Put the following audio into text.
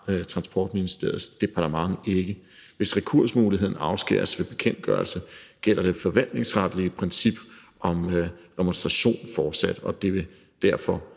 Transportministeriets departement ikke. Hvis rekursmuligheden afskæres ved bekendtgørelse, gælder det forvaltningsretlige princip om remonstration fortsat, og der vil derfor